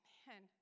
man